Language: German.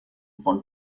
von